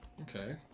okay